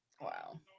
Wow